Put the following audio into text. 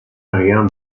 rien